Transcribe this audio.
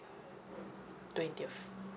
twentieth